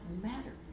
matter